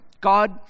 God